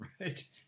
right